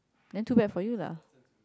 then too bad for you lah